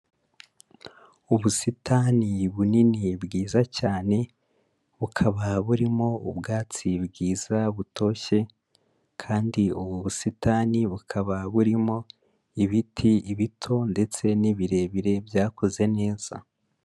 Ubusitani bunini, bwiza cyane, bukaba burimo ubwatsi bwiza butoshye kandi ubu busitani bukaba burimo ibiti bito ndetse n'ibirebire byakuze neza.